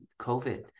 COVID